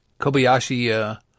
Kobayashi